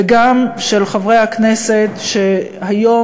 וגם של חברי הכנסת שהיום,